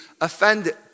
offended